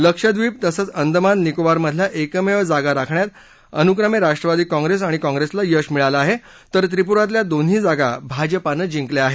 लक्षद्विप तसंच अंदमान निकोबारमधल्या एकमेव जागा राखण्यात अनुक्रमे राष्ट्रवादी काँग्रेसला आणि काँग्रेसला यश मिळालं आहे तर त्रिपुरातल्या दोनही जागा भाजपने जिंकल्या आहेत